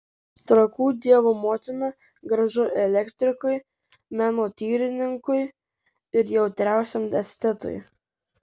trakų dievo motina gražu elektrikui menotyrininkui ir jautriausiam estetui